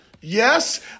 Yes